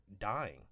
dying